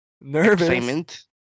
Nervous